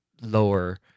lower